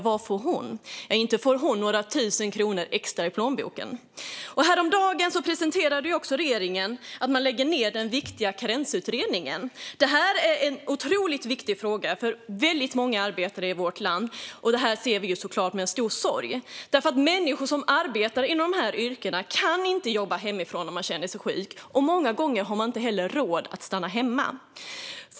Ja, inte får hon några extra tusen kronor i plånboken. Häromdagen presenterade regeringen att man lägger ned den viktiga karensutredningen. Detta är en otroligt viktig fråga för väldigt många arbetare i vårt land, och vi ser på det här med en stor sorg. Människor som arbetar inom dessa yrken kan inte jobba hemifrån när de känner sig sjuka, och många gånger har de inte heller råd att stanna hemma.